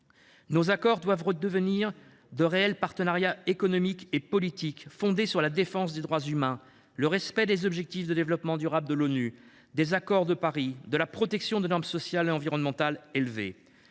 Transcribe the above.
Nos accords doivent redevenir de réels partenariats économiques et politiques, fondés sur la défense des droits humains, le respect des objectifs de développement durable de l’ONU, de l’accord de Paris, de la protection de normes sociales et environnementales élevées.